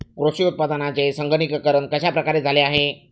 कृषी उत्पादनांचे संगणकीकरण कश्या प्रकारे झाले आहे?